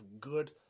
good